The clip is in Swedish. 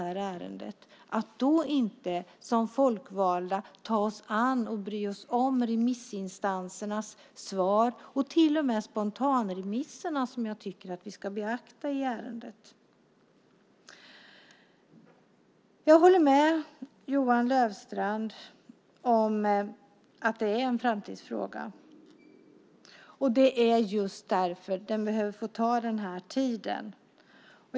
Därför tycker jag att vi som folkvalda ska ta oss an och bry oss om remissinstansernas svar - även spontanremisserna, som jag tycker att vi ska beakta i ärendet. Jag håller med Johan Löfstrand om att detta är en framtidsfråga. Det är just därför den behöver få ta den här tiden.